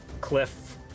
cliff